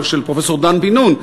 של פרופסור דן בן-נון,